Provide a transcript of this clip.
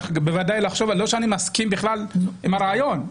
לא שאני מסכים בכלל עם הרעיון,